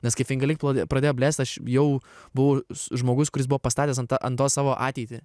nes kai finga lik pradėjo blėst aš jau buvau žmogus kuris buvo pastatęs ant ant to savo ateitį